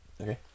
Okay